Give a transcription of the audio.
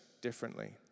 differently